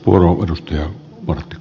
arvoisa herra puhemies